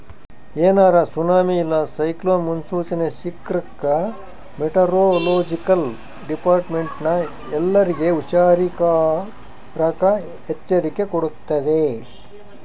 ಏನಾರ ಸುನಾಮಿ ಇಲ್ಲ ಸೈಕ್ಲೋನ್ ಮುನ್ಸೂಚನೆ ಸಿಕ್ರ್ಕ ಮೆಟೆರೊಲೊಜಿಕಲ್ ಡಿಪಾರ್ಟ್ಮೆಂಟ್ನ ಎಲ್ಲರ್ಗೆ ಹುಷಾರಿರಾಕ ಎಚ್ಚರಿಕೆ ಕೊಡ್ತತೆ